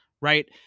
right